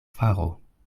faro